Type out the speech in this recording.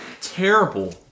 terrible